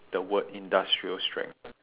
the word industrial strength